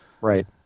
Right